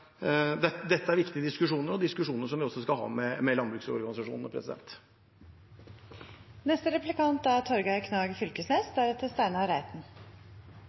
dette er viktige diskusjoner, og diskusjoner som vi også skal ha med landbruksorganisasjonene.